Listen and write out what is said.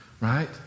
right